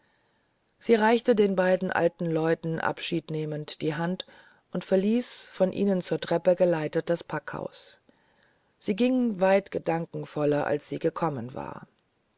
sie reichte den beiden alten leuten abschied nehmend die hand und verließ von ihnen bis zur treppe geleitet das packhaus sie ging weit gedankenvoller als sie gekommen war